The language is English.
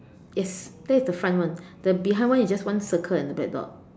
yes that is the front one the behind one is just one circle and a black dot